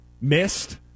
missed